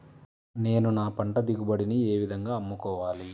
నేను నా పంట దిగుబడిని ఏ విధంగా అమ్ముకోవాలి?